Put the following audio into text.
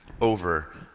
over